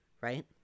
right